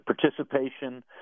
participation